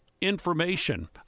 information